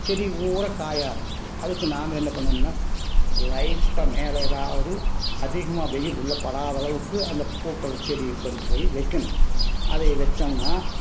செடி பூரா காயை ஆரம்பிச்சிடும் அதுக்கு நாம என்ன பண்ணணுன்னா லைட்டா மேலே எதாவது அதிகமாக வெயில் உள்ள படாதளவுக்கு அந்த பூக்களை செடியை கொண்டு போய் வைக்கணும் அதை வச்சோம்னா